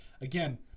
Again